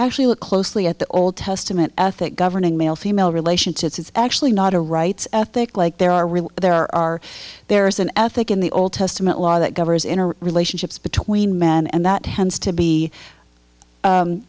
actually look closely at the old testament ethic governing male female relationships it's actually not a rights ethic like there are real there are there is an ethic in the old testament law that covers inner relationships between men and that tends to be